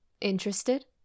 Interested